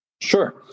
Sure